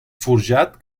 forjat